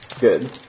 Good